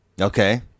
Okay